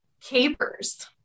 Capers